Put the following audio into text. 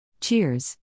Cheers